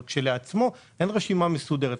כשלעצמו, אין רשימה מסודרת.